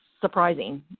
surprising